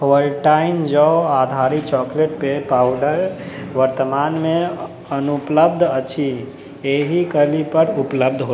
Ovaltine जौ आधारित chocolate पेय पाउडर वर्तमानमे अनुपलब्ध अछि एहि कल्हि पर उपलब्ध होयत